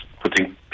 putting